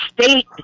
state